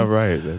right